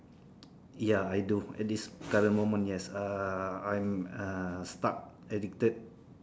ya I do at this current moment yes uh I'm uh stuck addicted